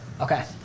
Okay